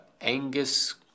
Angus